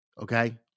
okay